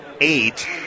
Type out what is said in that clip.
eight